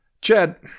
Chad